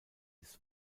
des